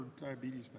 diabetes